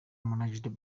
managed